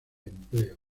empleo